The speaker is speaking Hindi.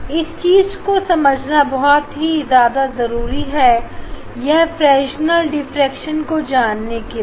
और इस चीज को समझना बहुत ही ज्यादा जरूरी है यह फ्रेसनेल डिफ्रेक्शन को जानने के लिए